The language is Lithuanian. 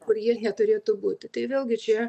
kur ji neturėtų būti tai vėlgi čia